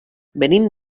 venim